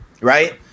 right